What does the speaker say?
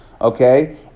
Okay